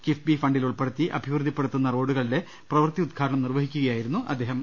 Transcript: കിഫ്ബി ഫണ്ടിൽ ഉൾപ്പെടുത്തി അഭിവൃദ്ധിപ്പെടുത്തുന്ന റോഡുകളുടെ പ്രവൃത്തി ഉദ്ഘാടനം നിർവഹിക്കുകയായിരുന്നു മന്ത്രി